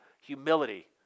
humility